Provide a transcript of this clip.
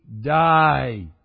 die